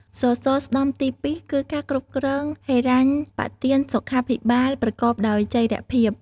សសរស្តម្ភទី២គឺការគ្រប់គ្រងហិរញ្ញប្បទានសុខាភិបាលប្រកបដោយចីរភាព។